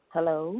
Hello